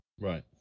Right